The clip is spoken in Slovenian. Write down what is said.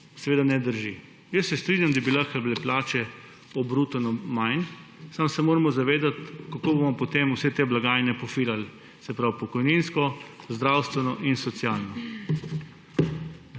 seveda ne drži. Jaz se strinjam, da bi lahko bile plače obruteno manj, samo se moramo zavedati, kako bomo potem vse te blagajne filali, se pravi pokojninsko, zdravstveno in socialno.